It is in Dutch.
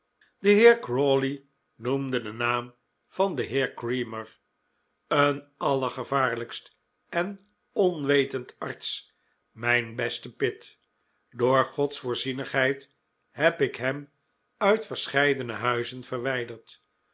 de heer crawley noemde den naam van den heer creamer een allergevaarlijkst en onwetend arts mijn beste pitt door gods voorzienigheid heb ik hem uit verscheidene huizen verwijderd